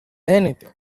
anything